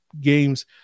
games